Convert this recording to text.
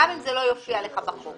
גם אם זה לא יופיע לך בחוק.